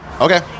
Okay